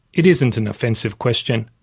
it isn't an offensive question.